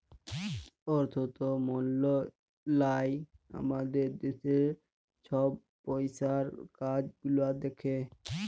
অথ্থ মলত্রলালয় আমাদের দ্যাশের ছব পইসার কাজ গুলা দ্যাখে